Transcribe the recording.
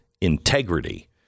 integrity